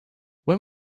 when